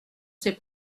ses